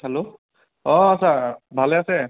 hello অঁ sir ভালে আছে